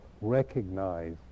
recognize